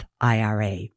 IRA